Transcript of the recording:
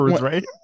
right